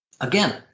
Again